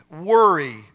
worry